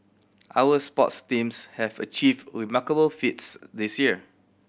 our sports teams have achieved remarkable feats this year